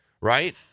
right